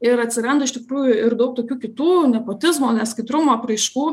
ir atsiranda iš tikrųjų ir daug tokių kitų nepotizmo neskaidrumo apraiškų